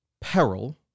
Peril